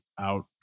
out